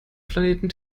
planeten